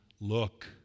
Look